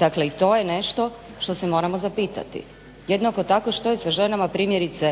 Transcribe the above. Dakle i to je nešto što se moramo zapitati. Jednako tako što je sa ženama primjerice